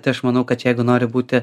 tai aš manau kad jeigu nori būti